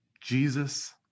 Jesus